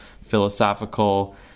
philosophical